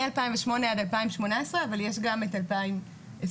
מ-2008 עד 2018 אבל יש גם את 2020,